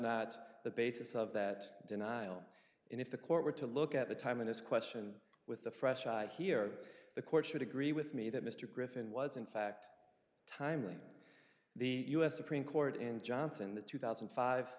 not the basis of that denial and if the court were to look at the time in its question with the freshet here the court should agree with me that mr griffin was in fact timely the u s supreme court in johnson the two thousand